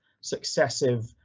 successive